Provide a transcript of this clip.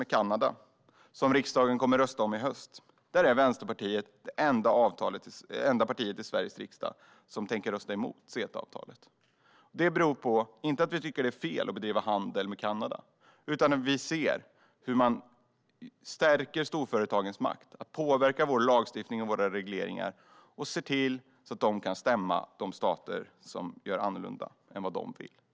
Vänsterpartiet är det enda partiet i Sveriges riksdag som tänker rösta emot CETA-avtalet med Kanada, som riksdagen kommer att rösta om i höst. Detta beror inte på att vi skulle tycka att det är fel att bedriva handel med Kanada. Det beror i stället på att vi ser hur man stärker storföretagens makt att påverka vår lagstiftning och våra regleringar och ser till att de kan stämma de stater som gör något annat än vad dessa företag vill.